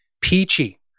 Peachy